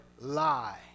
lie